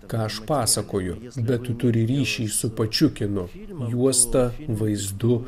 ką aš pasakoju bet tu turi ryšį su pačiu kinu juosta vaizdu